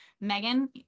Megan